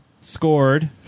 scored